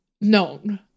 known